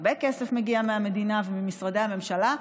שהרבה כסף מגיע מהמדינה וממשרדי הממשלה.